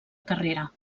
carrera